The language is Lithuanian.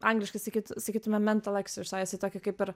angliškai sakyt sakytume mental eksesais tai tokį kaip ir